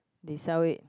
they sell it